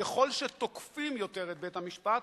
ככל שתוקפים יותר את בית-המשפט,